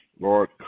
Lord